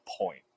point